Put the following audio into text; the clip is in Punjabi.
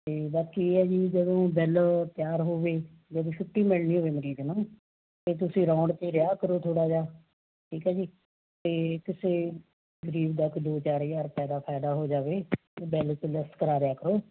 ਅਤੇ ਬਾਕੀ ਇਹ ਹੈ ਜੀ ਜਦੋਂ ਬਿੱਲ ਤਿਆਰ ਹੋਵੇ ਜਦੋਂ ਛੁੱਟੀ ਮਿਲਣੀ ਹੋਵੇ ਮਰੀਜ਼ ਨੂੰ ਤਾਂ ਤੁਸੀਂ ਰਾਉਂਡ 'ਤੇ ਰਿਹਾ ਕਰੋ ਥੋੜ੍ਹਾ ਜਿਹਾ ਠੀਕ ਹੈ ਜੀ ਤੇ ਕਿਸੇ ਗਰੀਬ ਦਾ ਕੋਈ ਦੋ ਚਾਰ ਹਜ਼ਾਰ ਰੁਪਏ ਦਾ ਫ਼ਾਇਦਾ ਹੋ ਜਾਵੇ ਬਿਲ 'ਚ ਲੈੱਸ ਕਰਵਾ ਦਿਆ ਕਰੋ